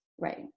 Right